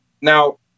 Now